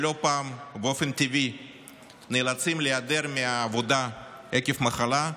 שלא פעם באופן טבעי נאלצים להיעדר מהעבודה עקב מחלה,